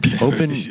open